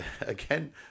again